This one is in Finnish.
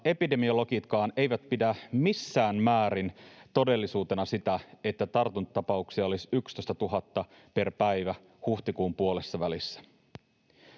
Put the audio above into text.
epidemiologitkaan eivät pidä missään määrin todellisuutena sitä, että tartuntatapauksia olisi 11 000 per päivä huhtikuun puolessavälissä.